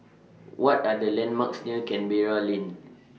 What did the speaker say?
What Are The landmarks near Canberra Lane